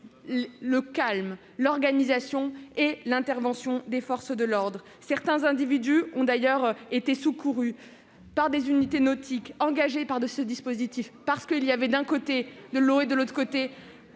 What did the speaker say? le calme et l'organisation de l'intervention des forces de l'ordre. Certains individus ont d'ailleurs été secourus par des unités nautiques engagées dans ce dispositif, parce qu'il y avait, d'un côté, de l'eau, et, de l'autre,